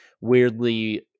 weirdly